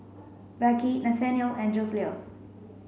Becky Nathanial and Joseluis